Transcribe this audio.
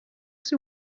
s’il